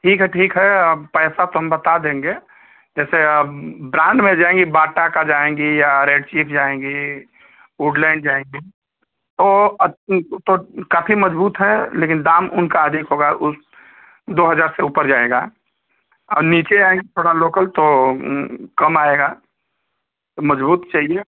ठीक है ठीक है अब पैसा तो हम बता देंगे जैसे अब ब्रांड में जाएँगी बाटा का जाएँगी या रेड चीफ जाएँगी वुडलैंड जाएँगी तो तो काफी मजबूत है लेकिन दाम उनका अधिक होगा उस दो हजार से ऊपर जाएगा आ नीचे आएँगी थोड़ा लोकल तो कम आएगा तो मजबूत चाहिए